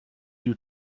you